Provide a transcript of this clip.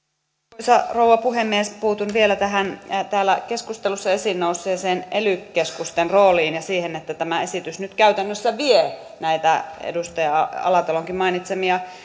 arvoisa rouva puhemies puutun vielä tähän täällä keskustelussa esiin nousseeseen ely keskusten rooliin ja siihen että tämä esitys nyt käytännössä vie näitä edustaja alatalonkin mainitsemia